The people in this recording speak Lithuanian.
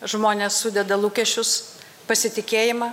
žmonės sudeda lūkesčius pasitikėjimą